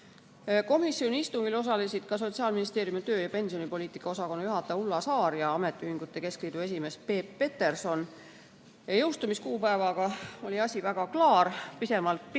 Komisjoni istungil osalesid ka Sotsiaalministeeriumi töö‑ ja pensionipoliitika osakonna juhataja Ulla Saar ja ametiühingute keskliidu esimees Peep Peterson. Jõustumiskuupäevaga oli asi klaar, pisut pikemalt